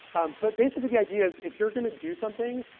but basically, the idea is, if you're going to do something,